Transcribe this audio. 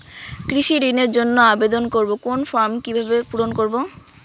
কৃষি ঋণের জন্য আবেদন করব কোন ফর্ম কিভাবে পূরণ করব?